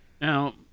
Now